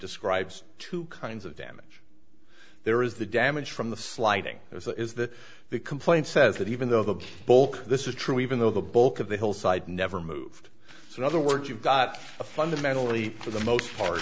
describes two kinds of damage there is the damage from the sliding is that the complaint says that even though the bulk of this is true even though the bulk of the hillside never moved in other words you've got a fundamentally for the most part